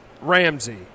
Ramsey